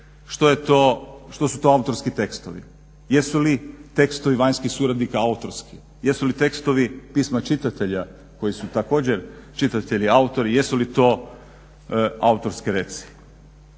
što su to autorski tekstovi. Jesu li tekstovi vanjskih suradnika autorski, jesu li tekstovi pisma čitatelja koji su također čitatelji, autori. Jesu li to autorski reci?